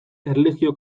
erlijio